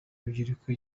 urubyiruko